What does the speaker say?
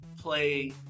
play